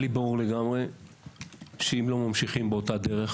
היה לי ברור לגמרי שאם לא ממשיכים באותה דרך,